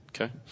Okay